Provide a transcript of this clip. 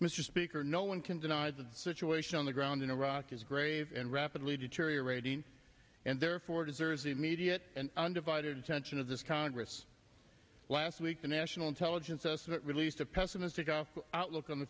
mr speaker no one can deny the situation on the ground in iraq is grave and rapidly deteriorating and therefore deserves the immediate and undivided attention of this congress last week the national intelligence estimate released a pessimistic outlook on the